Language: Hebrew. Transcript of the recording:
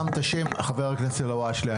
חבר הכנסת אלהואשלה,